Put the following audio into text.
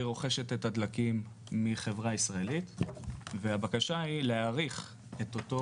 היא רוכשת את הדלקים מחברה ישראלית והבקשה היא להאריך את אותו